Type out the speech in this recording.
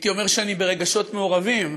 הייתי אומר שאני ברגשות מעורבים,